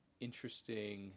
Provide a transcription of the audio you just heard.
interesting